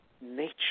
nature